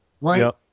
Right